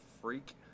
Freak